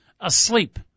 asleep